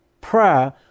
prayer